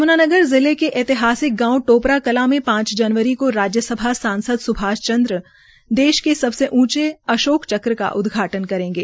यमुनानगर जिले के ऐतिहासिक गांव टोपरा कला में पाच जनवरी को राज्य सभा सांसद सुभाष चंद्रा देश के सबसे ऊंचे अशोक चक्र का उदघाटन् करेंगे